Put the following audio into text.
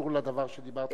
קשור לדבר שדיברת עליו קודם?